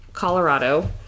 Colorado